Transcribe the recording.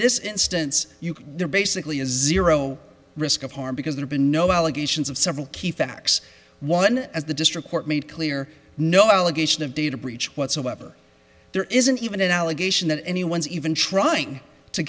this instance they're basically a zero risk of harm because there's been no allegations of several key facts one as the district court made clear no allegation of data breach whatsoever there isn't even an allegation that anyone's even trying to